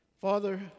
Father